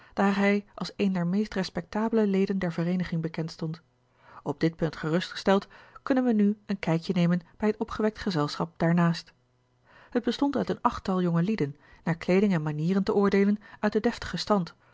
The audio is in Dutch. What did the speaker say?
hij als een der meest respectabele leden der vereeniging bekend stond op dit punt gerustgesteld kunnen we nu een kijkje nemen bij het opgewekt gezelschap daarnaast het bestond uit een achttal jongelieden naar kleeding en manieren te oordeelen uit den deftigen stand